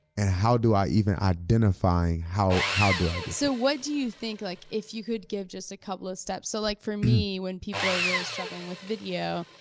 and how do i even identify how how do i get there. so what do you think like, if you could give just a couple of steps. so like for me, when people are really struggling with video,